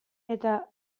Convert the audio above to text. eta